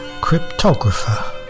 Cryptographer